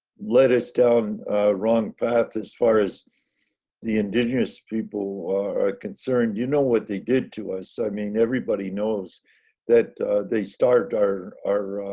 led us down the wrong path as far as the indigenous people are concerned, you know what they did to us. i mean, everybody knows that they start our, our